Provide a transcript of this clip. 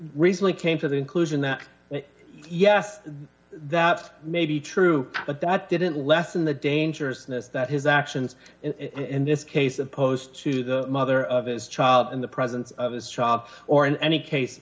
recently came to the inclusion that yes that may be true but that didn't lessen the dangerousness that his actions in this case opposed to the mother of his child in the presence of his shop or in any case